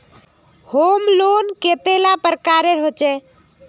Home loan कतेला प्रकारेर होचे?